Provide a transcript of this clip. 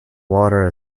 water